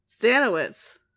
Stanowitz